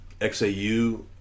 xau